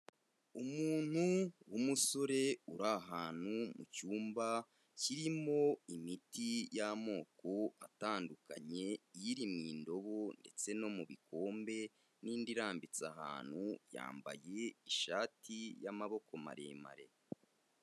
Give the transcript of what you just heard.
Umuntu w'umusore uri ahantu mu cyumba kirimo imiti y'amoko atandukanye, iri mu ndobo ndetse no mu bikombe n'indi irambitse ahantu, yambaye ishati y'amaboko maremare.